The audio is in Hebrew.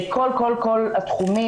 וכל התחומים,